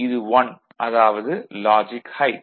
இது 1 அதாவது logic high